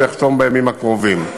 הוא יחתום בימים הקרובים.